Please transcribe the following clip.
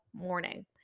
morning